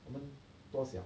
我们多想